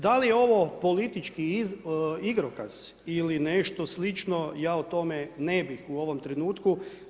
Da li je ovo politički igrokaz ili nešto slično, ja o tome ne bih u ovom trenutku.